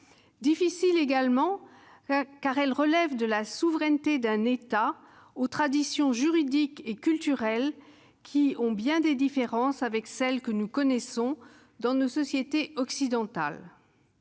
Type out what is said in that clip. difficile également, car elle relève de la souveraineté d'un État aux traditions juridiques et culturelles bien différentes de celles que nous connaissons dans nos sociétés occidentales.